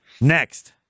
Next